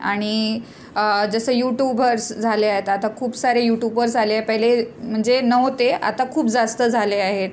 आणि जसं यूटूभर्स झाले आहेत आता खूप सारे यूटूबर्स आले आहे पहिले म्हणजे नव्हते आता खूप जास्त झाले आहेत